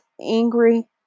angry